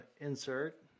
insert